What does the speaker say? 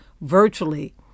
virtually